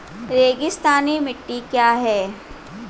रेगिस्तानी मिट्टी क्या है?